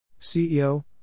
CEO